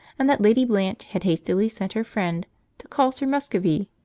and that lady blanche had hastily sent her friend to call sir muscovy,